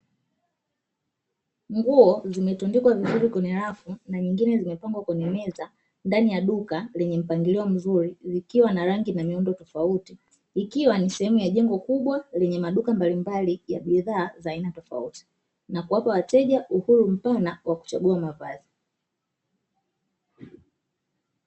Nguo zimetundikwa vizuri kwenye rafu na zingine zimepangwa kwenye meza ndani ya duka, lenye mpangilio mzuri kukiwa na rangi na miundo tofauti, ikiwa ni sehemu ya jengo kubwa lenye maduka mbalimbali ya bidhaa za aina tofauti, na kuwapa wateja uhuru mpana wa kuchagua mavazi.